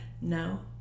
No